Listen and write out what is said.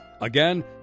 Again